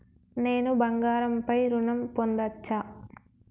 నేను బంగారం పై ఋణం పొందచ్చా?